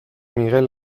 migel